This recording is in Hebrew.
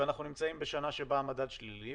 ואנחנו נמצאים בשנה שבה המדד שלילי,